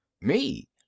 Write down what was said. Me